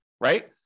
right